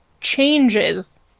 changes